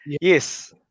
yes